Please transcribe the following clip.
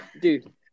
Dude